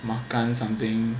makan something